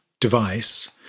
device